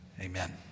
Amen